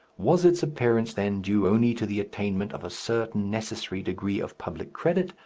was its appearance then due only to the attainment of a certain necessary degree of public credit,